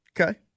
Okay